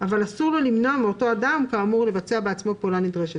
אבל אסור לו למנוע מאותו אדם כאמור לבצע בעצמו פעולה נדרש.